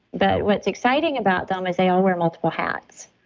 but what's exciting about them is they all wear multiple hats.